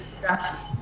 תודה.